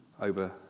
over